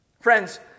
Friends